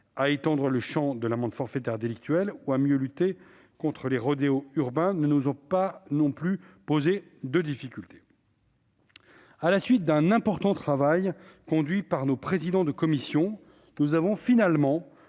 à étendre le champ de l'amende forfaitaire délictuelle ou à mieux lutter contre les rodéos urbains ne nous ont pas non plus posé de difficultés. À la suite d'un important travail conduit par nos présidents de commission, nous avons finalement